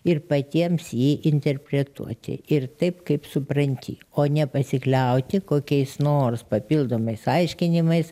ir patiems jį interpretuoti ir taip kaip supranti o ne pasikliauti kokiais nors papildomais aiškinimais